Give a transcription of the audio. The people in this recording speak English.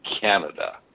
Canada